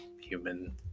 human